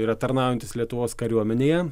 yra tarnaujantys lietuvos kariuomenėje